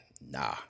Nah